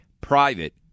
private